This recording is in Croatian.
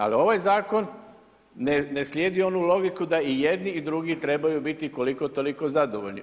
Ali, ovaj zakon, ne slijedi onu logiku, da i jedni i drugi trebaju biti koliko toliko zadovoljni.